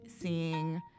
seeing